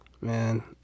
man